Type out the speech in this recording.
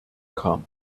kam